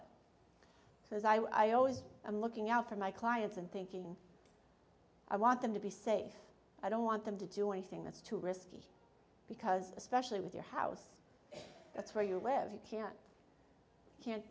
it because i always i'm looking out for my clients and thinking i want them to be safe i don't want them to do anything that's too risky because especially with your house that's where you live you can't